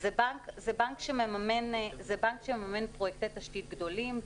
זה בנק שמממן פרויקטי תשתית גדולים.